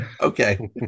Okay